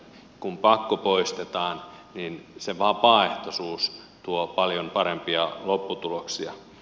kun pakko poistetaan niin se vapaaehtoisuus tuo paljon parempia lopputuloksia